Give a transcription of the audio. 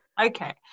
Okay